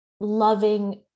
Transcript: loving